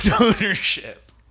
ownership